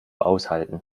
aushalten